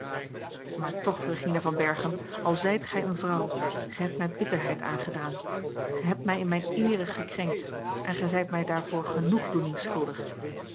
maar toch regina van berchem al zijt gij eene vrouw gij hebt mij bitterheid aangedaan gij hebt mij in mijne eere gekrenkt en gij zijt mij daarvoor genoegdoening schuldig